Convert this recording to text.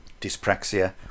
dyspraxia